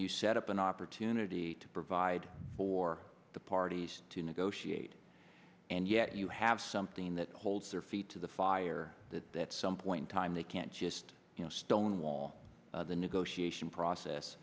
you set up an opportunity to provide for the parties to negotiate and yet you have something that holds their feet to the fire at some point in time they can't just you know stonewall the negotiation process